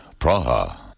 Praha